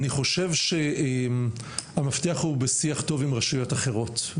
אני חושב שהמפתח הוא בשיח טוב עם רשויות אחרות.